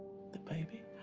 the baby?